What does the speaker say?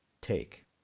take